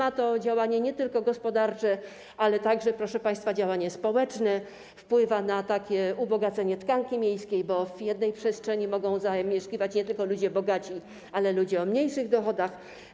Jest to działanie nie tylko gospodarcze, ale także, proszę państwa, działanie społeczne, które wpływa na ubogacenie tkanki miejskiej, bo w jednej przestrzeni będą mogli zamieszkiwać nie tylko ludzie bogaci, ale także ludzie o mniejszych dochodach.